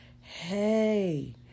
Hey